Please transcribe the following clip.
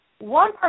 One